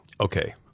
Okay